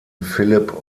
philipp